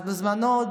אז בזמנו,